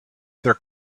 other